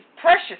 precious